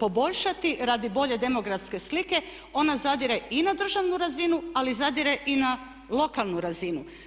poboljšati radi bolje demografske slike ona zadire i na državnu razinu ali zadire i na lokalnu razinu.